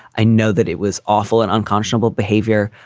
i know that it was awful and unconscionable behaviour.